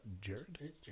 Jared